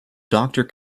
doctor